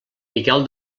miquel